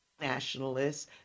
nationalists